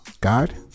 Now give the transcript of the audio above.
God